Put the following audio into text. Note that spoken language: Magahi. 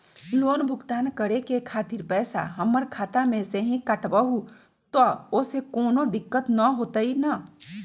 लोन भुगतान करे के खातिर पैसा हमर खाता में से ही काटबहु त ओसे कौनो दिक्कत त न होई न?